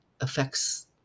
affects